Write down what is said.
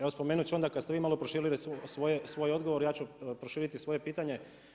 Evo spomenut ću onda kad ste vi malo proširili svoj odgovor, ja ću proširiti svoje pitanje.